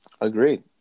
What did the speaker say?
Agreed